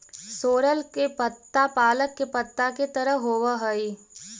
सोरल के पत्ता पालक के पत्ता के तरह होवऽ हई